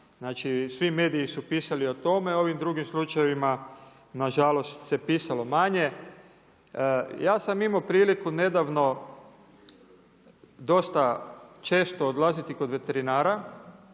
Znači svi mediji su pisali o tome, o ovim drugim slučajevima se nažalost pisalo manje. Ja sam imao priliku nedavno dosta često odlaziti kod veterinara